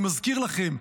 אני מזכיר לכם,